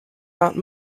not